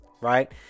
Right